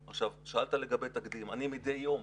שאלת לגבי תקדים, אני מדי יום